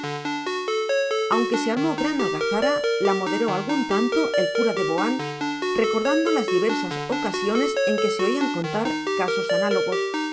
aunque se armó gran algazara la moderó algún tanto el cura de boán recordando las diversas ocasiones en que se oían contar casos análogos